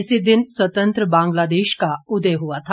इसी दिन स्वतंत्र बांग्लादेश का उदय हुआ था